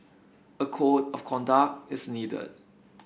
a code of conduct is needed